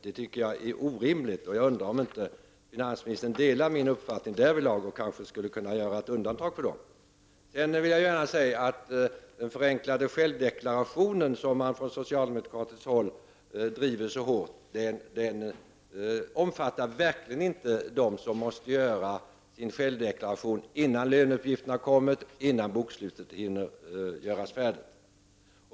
Det tycker jag är orimligt, och jag undrar om finansministern inte delar min uppfattning därvidlag och kanske skulle kunna göra ett undantag för dessa företag. Den förenklade självdeklarationen, som socialdemokraterna driver så hårt, omfattar verkligen inte dem som måste göra sin självdeklaration innan löneuppgifterna har kommit och innan bokslutet hinner göras färdigt.